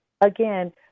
again